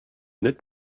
that